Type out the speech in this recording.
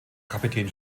kapitän